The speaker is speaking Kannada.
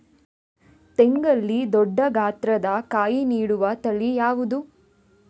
ತೆಂಗಲ್ಲಿ ದೊಡ್ಡ ಗಾತ್ರದ ಕಾಯಿ ನೀಡುವ ತಳಿ ಯಾವುದು?